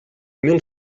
mil